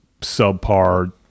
subpar